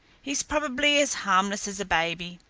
he's probably as harmless as a baby.